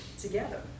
together